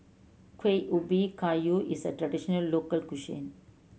Kuih Ubi Kayu is a traditional local cuisine